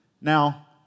Now